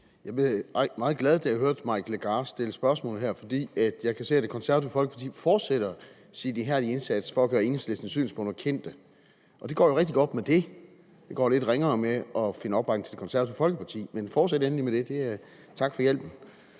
Jeg blev meget glad, da jeg hørte hr. Mike Legarth stille spørgsmål her, for jeg kan se, at Det Konservative Folkeparti fortsætter sin ihærdige indsats for at gøre Enhedslistens synspunkter kendte. Og det går jo rigtig godt med det. Det går lidt ringere med at finde opbakning til Det Konservative Folkeparti, men fortsat endelig med det; tak for hjælpen.